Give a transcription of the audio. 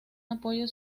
apoyo